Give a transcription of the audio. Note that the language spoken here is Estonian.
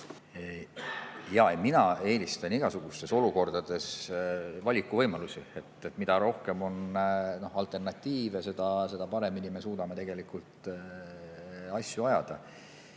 Mina eelistan igasugustes olukordades valikuvõimalusi. Mida rohkem on alternatiive, seda paremini me suudame tegelikult asju ajada.